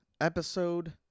episode